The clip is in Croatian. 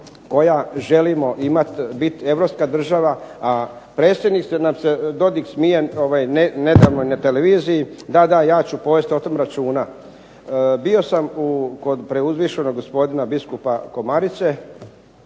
koja želi biti europska država, a predsjednik nam se Dodik smije nedavno na televiziji. Da, da ja ću povesti o tome računa. Bio sam kod preuzvišenog gospodina biskupa Komarice,